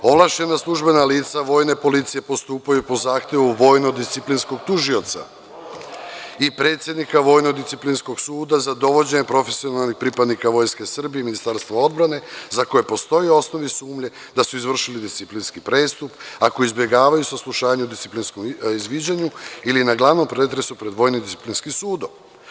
Ovlašćena službena lica vojne policije postupaju po zahtevu vojno-disciplinskog tužioca i predsednika vojno-disciplinskog suda za dovođenje profesionalnih pripadnika Vojske Srbije i Ministarstva odbrane, za koje postoji osnovi sumnje da su izvršili disciplinski prestup ako izbegavaju saslušanje o disciplinskom izviđanju ili na glavnom pretresu pred vojno-disciplinskim sudom.